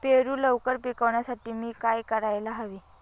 पेरू लवकर पिकवण्यासाठी मी काय करायला हवे?